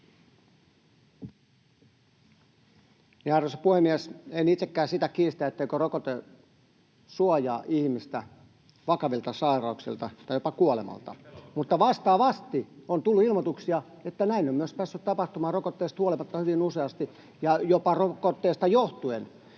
Arvoisa puhemies! En itsekään kiistä sitä, etteikö rokote suojaa ihmistä vakavilta sairauksilta tai jopa kuolemalta. Mutta vastaavasti on tullut ilmoituksia, että näin on myös päässyt tapahtumaan rokotteesta huolimatta hyvin useasti — ja jopa rokotteesta johtuen.